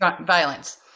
violence